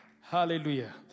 Hallelujah